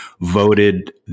voted